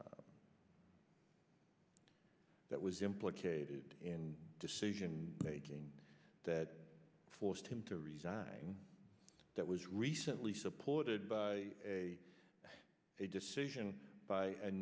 that was implicated in decision making that forced him to resign that was recently supported by a decision by a